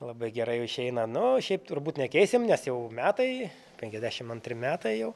labai gerai išeina nu šiaip turbūt nekeisim nes jau metai penkiasdešim antri metai jau